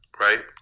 right